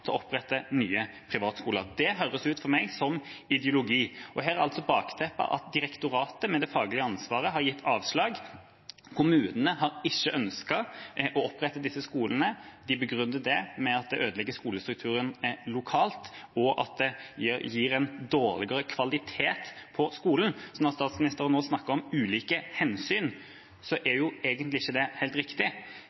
til å opprette nye privatskoler. Det høres for meg ut som ideologi. Her er bakteppet at direktoratet med det faglige ansvaret har gitt avslag, kommunene har ikke ønsket å opprette disse skolene og begrunner det med at det ødelegger skolestrukturen lokalt og gir en dårligere kvalitet på skolen. Så når statsministeren nå snakker om ulike hensyn, er det egentlig ikke helt riktig. Det er